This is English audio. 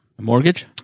mortgage